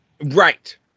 right